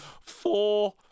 Four